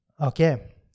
okay